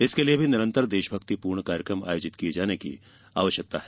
इसके लिये भी निरंतर देशभक्तिपूर्ण कार्यक्रम आयोजित किए जाने की आवश्यकता है